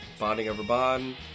BondingOverBond